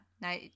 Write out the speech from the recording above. Now